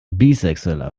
bisexueller